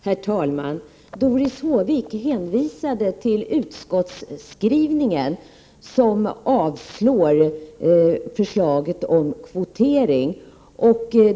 Herr talman! Doris Håvik hänvisade till utskottsskrivningen, där man avstyrker förslaget om kvotering.